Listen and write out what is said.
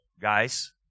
guys